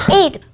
eight